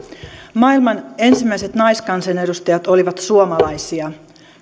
maailman ensimmäiset naiskansanedustajat olivat suomalaisia